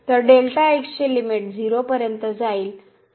तर delta x चे limit 0 पर्यंत जाईल